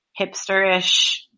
hipsterish